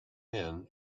men